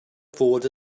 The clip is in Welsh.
fod